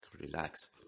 relax